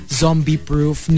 zombie-proof